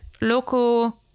local